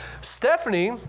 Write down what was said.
Stephanie